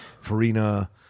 Farina